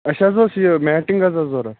اَسہِ حظ اوس یہِ میٹِنٛگ حظ ٲس ضوٚرَتھ